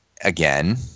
again